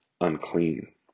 unclean